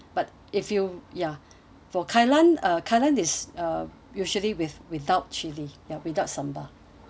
but if you ya for kailan uh kailan is uh usually with without chilli ya without sambal